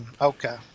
Okay